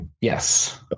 Yes